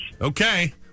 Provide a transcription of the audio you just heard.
Okay